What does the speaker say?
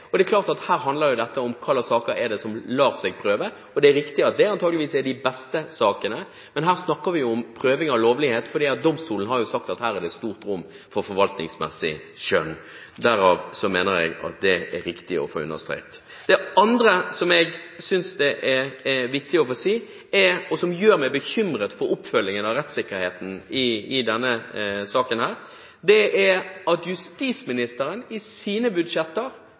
og det er klart at her handler det om hvilke saker som lar seg prøve. Det er riktig at det antageligvis er de beste sakene, men her snakker vi om prøving av lovlighet, for domstolen har sagt at det her er stort rom for forvaltningsmessig skjønn. Derfor mener jeg det er riktig å understreke det. Det andre som jeg synes det er viktig å få si, og som gjør meg bekymret for oppfølgingen av rettssikkerheten i denne saken, er at justisministeren i sine budsjetter